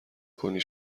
کنی